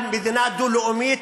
את מדברת שטויות.